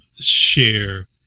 share